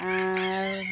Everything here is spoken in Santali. ᱟᱨ